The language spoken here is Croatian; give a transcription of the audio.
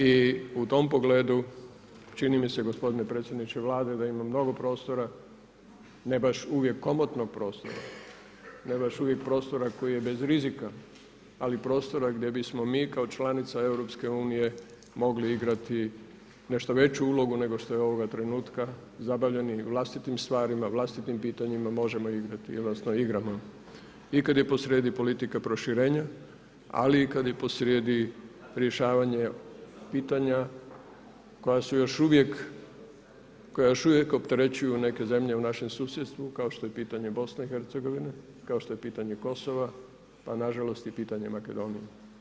I u tom pogledu čini mi se gospodine predsjedniče Vlade da ima mnogo prostora, ne baš uvijek komotnog prostora, ne baš uvijek prostora koji je bez rizika, ali prostora gdje bismo mi kao članica EU mogli imati nešto veću ulogu nego što je ovoga trenutka zabavljeni vlastitim stvarima, vlastitim pitanjima možemo igrati odnosno igramo i kada je posrijedi politika proširenja, ali i kada je posrijedi rješavanje pitanja koja još uvijek opterećuju neke zemlje u našem susjedstvu kao što je pitanje BiH, kao što je pitanje Kosova, a nažalost i pitanje Makedonije.